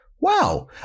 Wow